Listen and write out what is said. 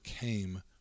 came